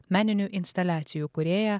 meninių instaliacijų kūrėja